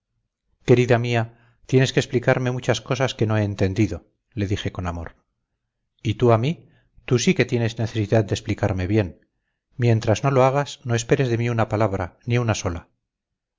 querida mía tienes que explicarme muchas cosas que no he entendido le dije con amor y tú a mí tú sí que tienes necesidad de explicarte bien mientras no lo hagas no esperes de mí una palabra ni una sola